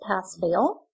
pass-fail